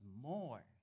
more